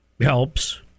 helps